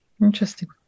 Interesting